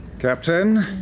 captain,